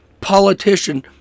politician